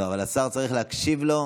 לא, אבל השר צריך להקשיב בשביל להשיב לו.